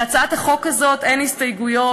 להצעת החוק הזו אין הסתייגויות.